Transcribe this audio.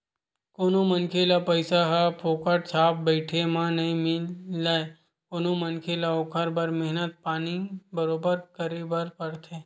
कोनो मनखे ल पइसा ह फोकट छाप बइठे म नइ मिलय कोनो मनखे ल ओखर बर मेहनत पानी बरोबर करे बर परथे